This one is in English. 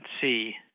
see